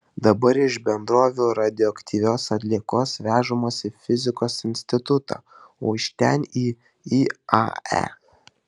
dabar iš bendrovių radioaktyvios atliekos vežamos į fizikos institutą o iš ten į iae